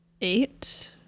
eight